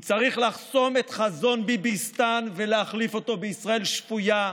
כי צריך לחסום את חזון ביביסטן ולהחליף אותו בישראל שפויה,